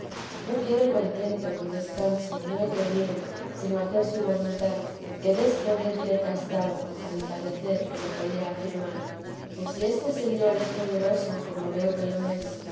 no quiero contento ni descanso ni otro bien sino hacer su voluntad que desto bien cierta estaba a mi parecer que lo podía afirmar pues si este señor es poderoso como veo que lo es